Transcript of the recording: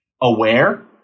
aware